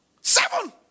Seven